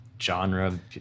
genre